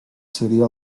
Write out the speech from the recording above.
seria